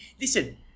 Listen